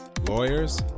lawyers